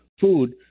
food